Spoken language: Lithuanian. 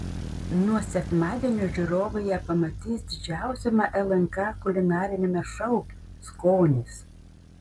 nuo sekmadienio žiūrovai ją pamatys didžiausiame lnk kulinariniame šou skonis